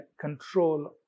control